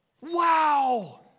wow